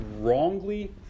wrongly